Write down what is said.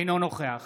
אינו נוכח